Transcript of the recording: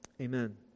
Amen